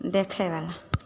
देखयवला